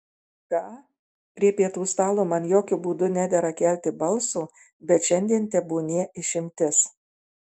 ką prie pietų stalo man jokiu būdu nedera kelti balso bet šiandien tebūnie išimtis